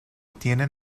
tienen